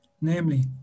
namely